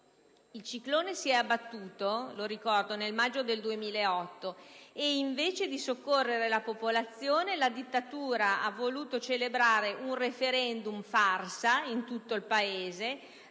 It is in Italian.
Il ciclone si é abbattuto, lo ricordo, nel maggio del 2008 e, invece di soccorrere la popolazione, la dittatura ha voluto celebrare un *referendum* farsa in tutto il Paese,